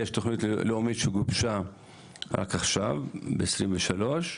יש תוכנית לאומית שגובשה רק עכשיו בשנת 2023,